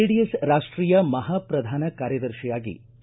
JDS ರಾಷ್ಟೀಯ ಮಹಾ ಪ್ರಧಾನ ಕಾರ್ಯದರ್ಶಿಯಾಗಿ ಕೆ